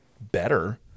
better